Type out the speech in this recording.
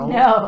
no